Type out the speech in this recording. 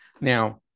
Now